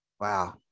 Wow